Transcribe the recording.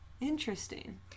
interesting